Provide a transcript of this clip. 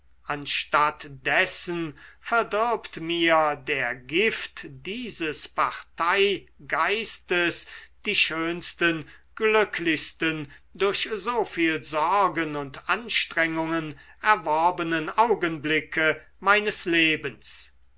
anstatt dessen verdirbt mir der gift dieses parteigeistes die schönsten glücklichsten durch so viel sorgen und anstrengungen erworbenen augenblicke meines lebens